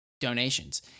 donations